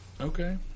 Okay